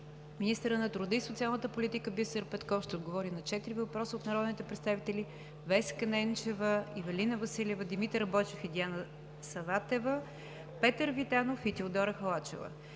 Министърът на труда и социалната политика Бисер Петков ще отговори на четири въпроса от народните представители Веска Ненчева, Ивелина Василева, Димитър Бойчев, Диана Саватева; Петър Витанов и Теодора Халачева.